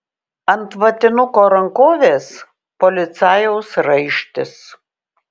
ant vatinuko rankovės policajaus raištis